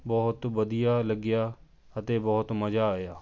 ਬਹੁਤ ਵਧੀਆ ਲੱਗਿਆ ਅਤੇ ਬਹੁਤ ਮਜ਼ਾ ਆਇਆ